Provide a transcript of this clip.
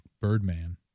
Birdman